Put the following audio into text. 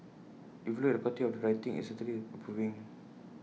if you look at the quality of the writing IT is certainly improving